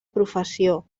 professió